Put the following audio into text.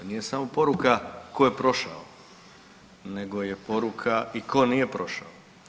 Nije samo poruka tko je prošao, nego je poruka i tko nije prošao.